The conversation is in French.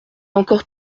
encore